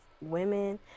women